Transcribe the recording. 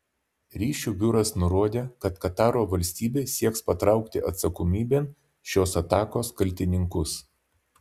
ryšių biuras nurodė kad kataro valstybė sieks patraukti atsakomybėn šios atakos kaltininkus